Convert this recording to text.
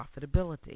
profitability